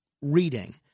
reading